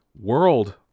World